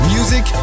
Music